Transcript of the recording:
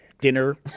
dinner